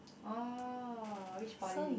orh which poly